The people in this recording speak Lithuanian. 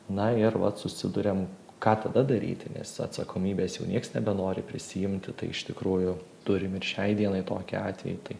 na ir vat susiduriam ką tada daryti nes atsakomybės jau nieks nebenori prisiimti tai iš tikrųjų turim ir šiai dienai tokį atvejį tai